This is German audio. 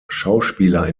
schauspieler